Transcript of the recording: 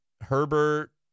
Herbert